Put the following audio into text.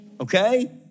Okay